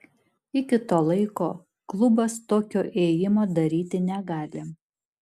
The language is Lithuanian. iki to laiko klubas tokio ėjimo daryti negali